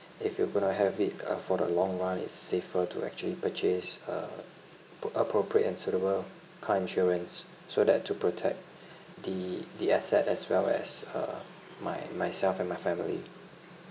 if you gonna have it uh for the long run it's safer to actually purchase uh ap~ appropriate and suitable car insurance so that to protect the the asset as well as uh my myself and my family